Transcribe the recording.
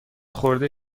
خورده